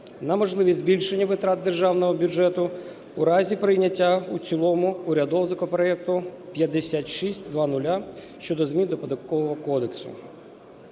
на можливість збільшення витрат державного бюджету у разі прийняття у цілому урядового законопроекту 5600 щодо змін до Податкового кодексу.